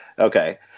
Okay